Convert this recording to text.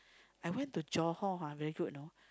I went to Johor ha very good you know